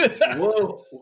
Whoa